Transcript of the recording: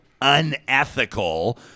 unethical